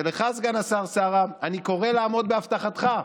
ולך, סגן השר קארה, אני קורא לעמוד בהבטחתך.